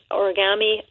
origami